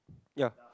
ya